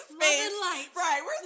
Right